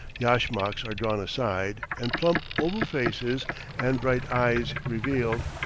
yashmaks are drawn aside, and plump oval faces and bright eyes revealed,